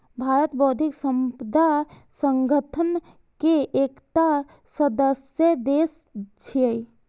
भारत बौद्धिक संपदा संगठन के एकटा सदस्य देश छियै